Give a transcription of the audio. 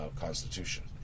constitution